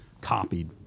copied